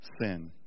sin